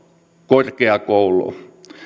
korkeakoulu